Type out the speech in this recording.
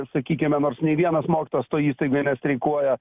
sakykime nors nei vienas mokytojas toj įstaigoj nestreikuoja